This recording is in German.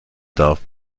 darf